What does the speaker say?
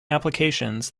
applications